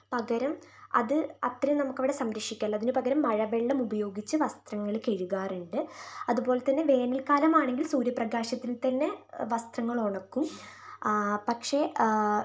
പകരം അതു അത്രേയും നമുക്ക് അവിടെ സംരക്ഷിക്കാലോ അതിനു പകരം മഴവെള്ളം ഉപയോഗിച്ചു വസ്ത്രങ്ങൾ കഴുകാറുണ്ട് അതുപോലെ തന്നെ വേനൽ കാലം ആണെങ്കിൽ സൂര്യപ്രകാശത്തിൽ തന്നെ വസ്ത്രങ്ങൾ ഉണക്കും പക്ഷേ